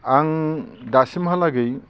आं दासिमहालागै